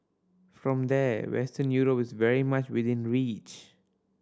from there Western Europe is very much within reach